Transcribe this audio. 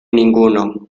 ninguno